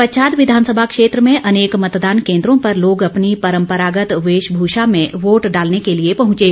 पच्छाद विधानसभा क्षेत्र में अनेक मतदान केंद्रों पर लोग अपनी परंपरागत वेशभूषा में वोट डालने के लिए पहंचे